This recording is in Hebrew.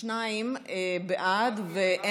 ההצעה להעביר את הנושא לוועדת הפנים והגנת הסביבה נתקבלה.